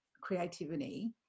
creativity